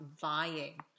vying